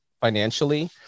financially